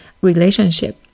relationship